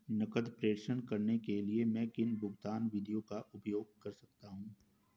नकद प्रेषण करने के लिए मैं किन भुगतान विधियों का उपयोग कर सकता हूँ?